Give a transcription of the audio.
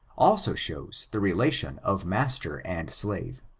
also shews the relation of master and slave.